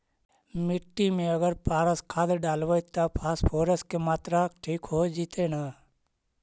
मिट्टी में अगर पारस खाद डालबै त फास्फोरस के माऋआ ठिक हो जितै न?